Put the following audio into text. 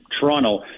Toronto